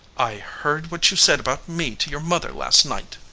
i heard what you said about me to your mother last night.